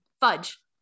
Fudge